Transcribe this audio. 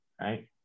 right